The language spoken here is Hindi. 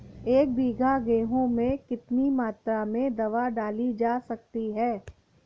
एक बीघा गेहूँ में कितनी मात्रा में दवा डाली जा सकती है?